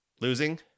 losing